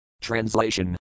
translation